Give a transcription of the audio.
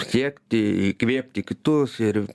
siekti įkvėpti kitus ir